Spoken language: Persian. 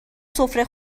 سفره